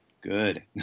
Good